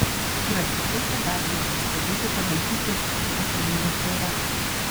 grafičiuose galima pastebėti talentingai sukurtas miniatiūras